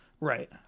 Right